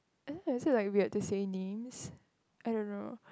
and then like we have to say name I don't know